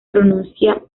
pronuncia